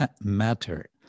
matter